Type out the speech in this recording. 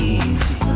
easy